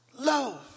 Love